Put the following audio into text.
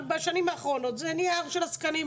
אבל בשנים האחרונות זה נהיה הר של עסקנים,